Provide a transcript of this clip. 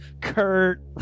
Kurt